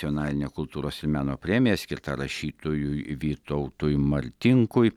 nacionaline kultūros meno premija skirta rašytojui vytautui martinkui